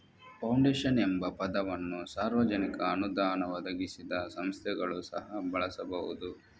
foundation ಎಂಬ ಪದವನ್ನು ಸಾರ್ವಜನಿಕ ಅನುದಾನ ಒದಗಿಸದ ಸಂಸ್ಥೆಗಳು ಸಹ ಬಳಸಬಹುದು